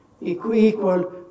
equal